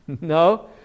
No